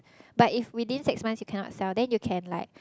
but if within six months you cannot sell then you can like